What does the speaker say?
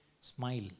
smile